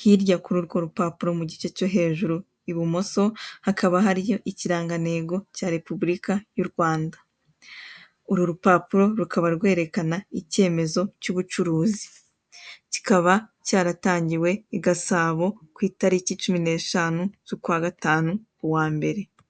Hirya kururwo rupapura mugice cyo hejuru ibumoso hakaba hariho ikirangantego cya repubilika y'u Rwanda, Uru rupapuro rukaba rwerekana icyemezo cy'ubucuruzi kikaba cyaratangiwe i Gasabo kw'itariki cumi n'eshanu zukwa gatanu uwa imbere.